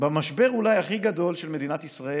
במשבר אולי הכי גדול של מדינת ישראל,